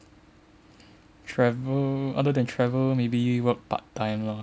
travel other than travel maybe work part time lor